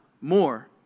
more